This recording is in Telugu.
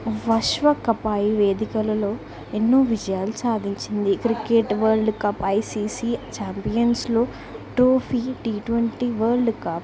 విశ్వ కప్ వేదికలలో ఎన్నో విజయాలు సాధించింది క్రికెట్ వరల్డ్ కప్ ఐసిసి ఛాంపియన్స్లో trophy T twenty World cup